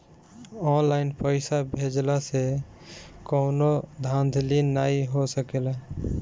online पइसा भेजला से कवनो धांधली नाइ हो सकेला